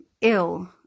ill